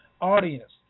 audience